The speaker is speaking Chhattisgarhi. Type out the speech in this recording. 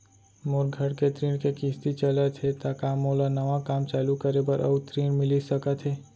मोर घर के ऋण के किसती चलत हे ता का मोला नवा काम चालू करे बर अऊ ऋण मिलिस सकत हे?